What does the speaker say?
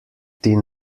thin